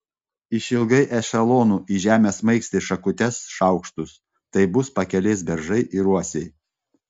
išilgai ešelonų į žemę smaigstė šakutes šaukštus tai bus pakelės beržai ir uosiai